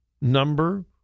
number